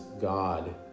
God